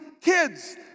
kids